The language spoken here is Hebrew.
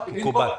מקובל.